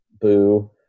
Boo